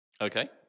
Okay